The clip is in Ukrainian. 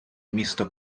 місто